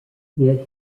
yet